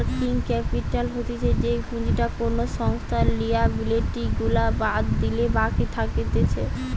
working capital হতিছে যেই পুঁজিটা কোনো সংস্থার লিয়াবিলিটি গুলা বাদ দিলে বাকি থাকতিছে